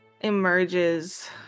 emerges